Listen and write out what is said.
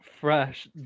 fresh